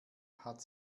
hat